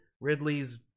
ridley's